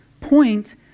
point